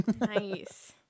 Nice